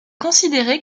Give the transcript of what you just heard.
considéré